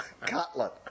Cutlet